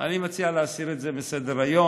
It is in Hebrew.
אני מציע להסיר את זה מסדר-היום,